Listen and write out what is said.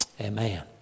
Amen